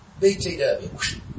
BTW